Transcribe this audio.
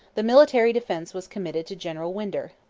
the military defence was committed to general winder,